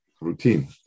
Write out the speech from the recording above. routine